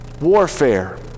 warfare